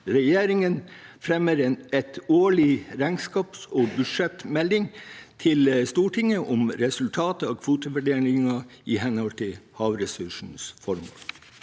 «Regjeringen fremmer en årlig regnskaps- og budsjettmelding til Stortinget om resultatet av kvotefordelingen i henhold til havressurslovens formål»